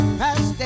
past